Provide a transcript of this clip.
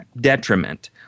detriment